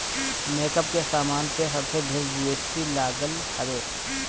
makeup के सामान पे सबसे ढेर जी.एस.टी लागल हवे